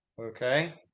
Okay